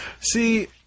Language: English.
See